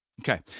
Okay